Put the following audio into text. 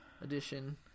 edition